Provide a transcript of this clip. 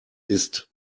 ist